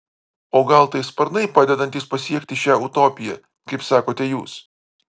o gal tai sparnai padedantys pasiekti šią utopiją kaip sakote jūs